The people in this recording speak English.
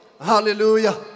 Hallelujah